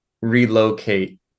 relocate